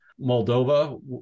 Moldova